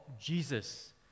Jesus